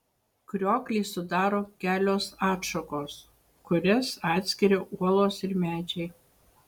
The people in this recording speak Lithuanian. krioklį sudaro kelios atšakos kurias atskiria uolos ir medžiai